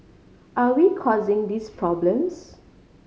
are we causing these problems